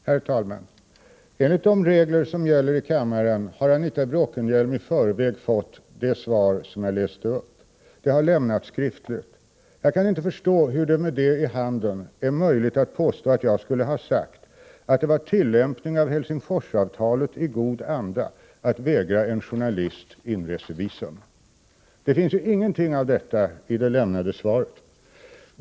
Herr talman! Enligt de regler som gäller här i kammaren har Anita Bråkenhielm i förväg fått det svar som jag nyss läste upp. Det har lämnats skriftligt. Jag kan inte förstå hur det med svaret i handen är möjligt att påstå att jag skulle ha sagt att det var tillämpning av Helsingforsavtalet i god anda att vägra en journalist inresevisum. Det finns ju ingenting som säger detta i det lämnade svaret.